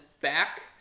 back